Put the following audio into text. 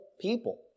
people